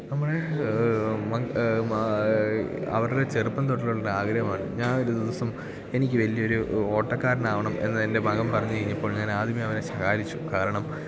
നമ്മുടെ അവരുടെ ചെറുപ്പം തൊട്ടുള്ള ഒരു ആഗ്രഹമാണ് ഞാൻ ഒരു ദിവസം എനിക്ക് വലിയ ഒരു ഓട്ടക്കാരൻ ആവണം എന്ന് എൻ്റെ മകന് പറഞ്ഞു കഴിഞ്ഞപ്പോൾ ഞാൻ ആദ്യമേ അവനെ ശകാരിച്ചു കാരണം